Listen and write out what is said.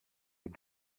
ihm